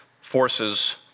forces